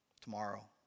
tomorrow